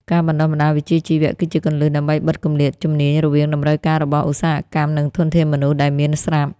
ការបណ្តុះបណ្តាលវិជ្ជាជីវៈគឺជាគន្លឹះដើម្បីបិទគម្លាតជំនាញរវាងតម្រូវការរបស់ឧស្សាហកម្មនិងធនធានមនុស្សដែលមានស្រាប់។